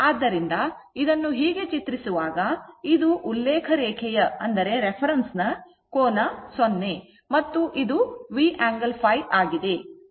ಆದ್ದರಿಂದ ಇದನ್ನು ಹೀಗೆ ಚಿತ್ರಿಸುವಾಗ ಇದು ಉಲ್ಲೇಖ ರೇಖೆಯ ಕೋನ 0 ಮತ್ತು ಇದು V angle ϕ ಆಗಿದೆ